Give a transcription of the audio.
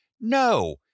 No